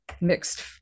mixed